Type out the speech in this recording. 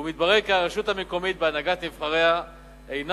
ומתברר כי הרשות המקומית בהנהגת נבחריה אינה